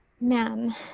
Man